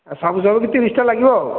ସବୁ ସବୁକି ତିରିଶଟା ଲାଗିବ ଆଉ